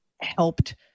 helped